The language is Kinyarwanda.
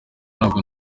ntabwo